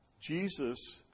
Jesus